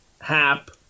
Hap